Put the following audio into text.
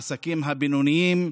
בעסקים הבינוניים,